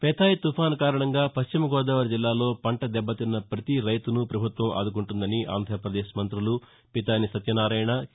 Phethai తుఫాను కారణంగా పశ్చిమగోదావరి జిల్లాలో పంట దెబ్బతిన్న ప్రతీ రైతును ప్రభుత్వం ఆదుకుంటుందని ఆంధ్రప్రదేశ్ మంత్రులు పితాని సత్యనారాయణ కే